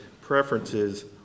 preferences